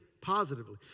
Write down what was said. positively